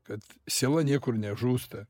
kad siela niekur nežūsta